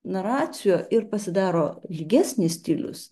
naracio ir pasidaro lygesnis stilius